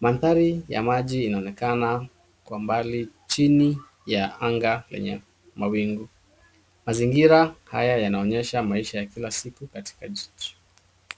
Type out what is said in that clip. Mandhari ya maji inaonekana kwa mbali, chini ya anga lenye mawingu. Mazingira haya yanaonyesha maisha ya kila siku katika jiji.